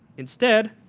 instead,